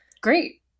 Great